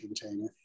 container